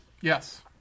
yes